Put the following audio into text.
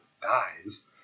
dies